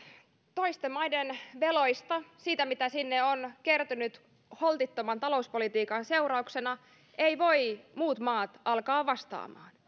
toisten maiden veloista siitä mitä sinne on kertynyt holtittoman talouspolitiikan seurauksena eivät voi muut maat alkaa vastaamaan